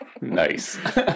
Nice